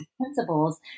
principles